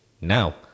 Now